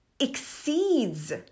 exceeds